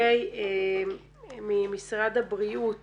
ממשרד הבריאות